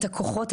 את הכוחות,